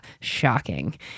Shocking